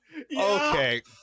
Okay